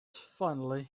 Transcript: finally